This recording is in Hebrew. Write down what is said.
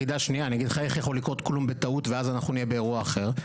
אגיד לך איך יכול לקרות כלום בטעות ואז אנחנו נהיה באירוע אחר,